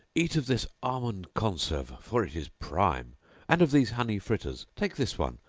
eat of this almond conserve for it is prime and of these honey fritters take this one,